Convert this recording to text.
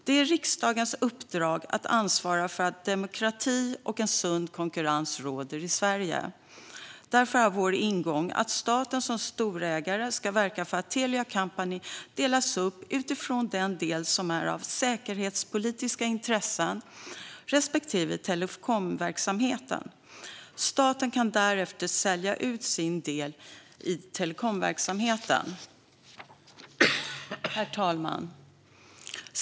Det är riksdagens uppdrag att ansvara för att demokrati och en sund konkurrens råder i Sverige. Därför är vår ingång att staten som storägare ska verka för att Telia Company delas upp utifrån den del som är av säkerhetspolitiskt intresse respektive telekomverksamhet. Staten kan därefter sälja ut sin del i telekomverksamheten. Herr talman!